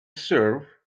serve